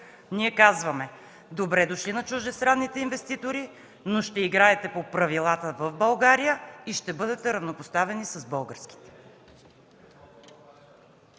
Ние казваме: „Добре дошли” на чуждестранните инвеститори, но ще играете по правилата в България и ще бъдете равнопоставени с българските”.